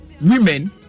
women